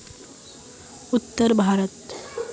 भारत कोई भी अन्य देशेर तुलनात केलार सबसे बोड़ो उत्पादक छे